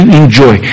enjoy